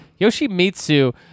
Yoshimitsu